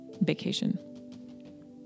vacation